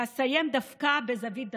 ואסיים דווקא בזווית דתית.